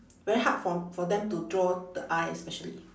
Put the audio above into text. very hard for for them to draw the eye especially